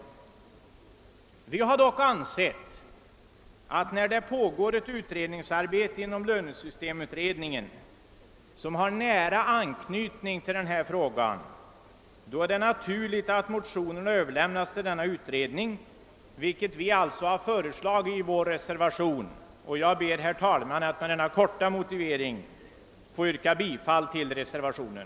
Vi anser dock att med hänsyn till det arbete som pågår inom den s.k. lönesystemutredningen och som har nära anknytning till denna fråga är det naturligt att motionerna överlämnas till denna utredning. Vår reservation utmynnar också i ett yrkande härom. Herr talman! Jag yrkar bifall till reservationen.